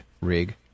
rig